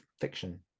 fiction